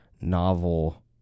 novel